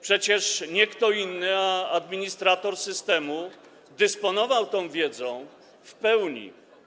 Przecież nie kto inny, tylko administrator systemu dysponował tą wiedzą w pełni.